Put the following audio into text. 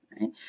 right